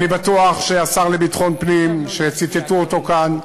אני בטוח שהשר לביטחון פנים, שציטטו אותו כאן,